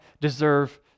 deserve